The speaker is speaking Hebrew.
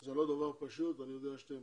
זה לא דבר פשוט ואני יודע שאתם